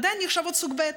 עדיין נחשבות סוג ב',